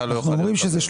אנחנו אומרים שזה שלושה.